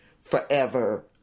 forever